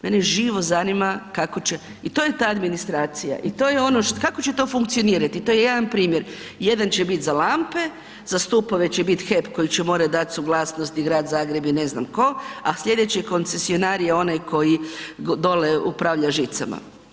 Mene živo zanima kako će, i to je ta administracija i to je ono, kako će to funkcionirati, to je jedan primjer, jedan će biti za lampe, za stupove će biti HEP koji će morat dat suglasnost i grad Zagreb i ne znam ko a slijedeći koncesionar je onaj koji dole upravlja žicama.